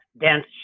dense